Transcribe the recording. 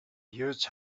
huge